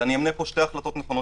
ואמנה שתי החלטות: